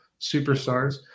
superstars